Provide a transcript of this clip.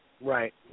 Right